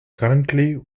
currently